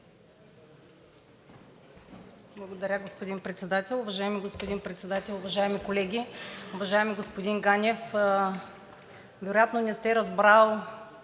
Уважаеми господин Председател, уважаеми колеги! Уважаеми господин Ганев, вероятно не сте разбрали